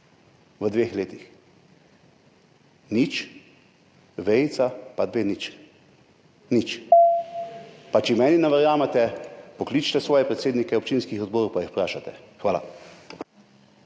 v dveh letih. Nič, vejica pa dve ničli. Nič. Pa če meni ne verjamete, pokličite svoje predsednike občinskih odborov pa jih vprašate. Hvala.